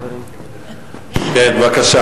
כן, בבקשה.